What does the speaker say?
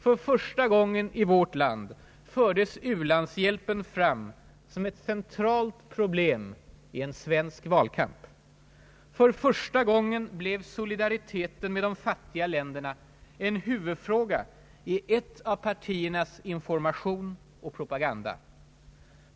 För första gången i vårt land fördes u-landshjälpen fram som ett centralt problem i en svensk valkamp. För första gången blev solidariteten med de fattiga länderna en huvudfråga i ett partis information och propaganda.